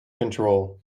control